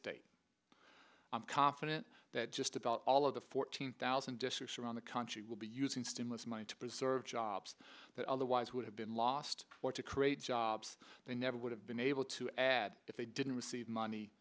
state i'm confident that just about all of the fourteen thousand districts around the country will be using stimulus money to preserve jobs that otherwise would have been lost or to create jobs they never would have been able to add if they didn't receive money